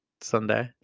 Sunday